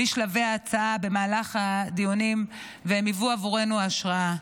משלבי ההצעה במהלך הדיונים, והיוו עבורנו השראה.